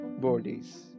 bodies